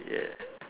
ya